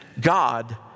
God